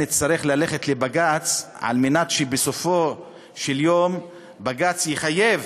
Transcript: נצטרך ללכת לבג"ץ כדי שבסופו של יום בג"ץ יחייב